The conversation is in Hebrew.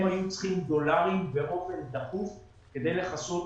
הם היו צריכים דולרים באופן דחוף כדי לכסות